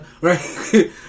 right